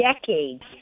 decades